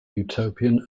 utopian